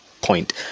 point